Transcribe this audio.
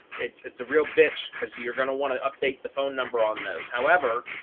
it's it's a real bitch because you're going to want to update the phone number on those. however,